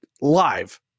live